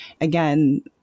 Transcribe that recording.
again